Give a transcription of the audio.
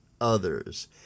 others